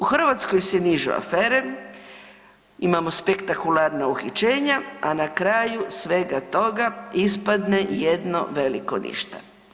U Hrvatskoj se nižu afere, imamo spektakularna uhićenja, a na kraju svega toga ispadne jedno veliko ništa.